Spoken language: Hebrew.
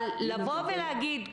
אבל לבוא ולהגיד: